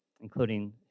including